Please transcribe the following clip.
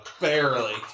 barely